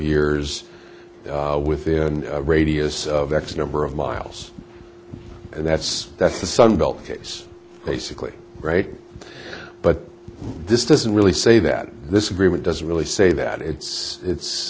years within a radius of x number of miles and that's that's the sunbelt case basically right but this doesn't really say that this agreement doesn't really say that it's it's